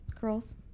Curls